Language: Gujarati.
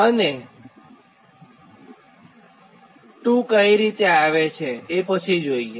અહીં 2 કઈ રીતે આવે છે એ પછી જોઇએ